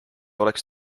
oleks